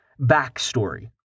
backstory